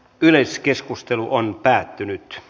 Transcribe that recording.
yleiskeskustelu päättyi